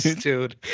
dude